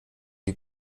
die